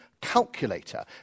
calculator